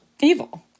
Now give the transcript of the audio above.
evil